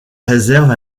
réserve